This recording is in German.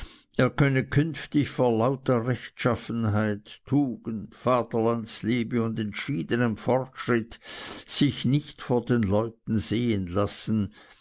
er könne künftig vor lauter rechtschaffenheit tugend vaterlandsliebe und entschiedenem fortschritt sich nicht vor den leuten sehen lassen